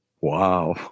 wow